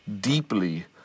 deeply